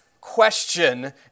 question